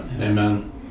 Amen